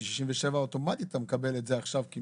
כי 67 אוטומטית אתה מקבל את זה עכשיו.